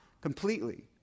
completely